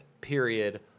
period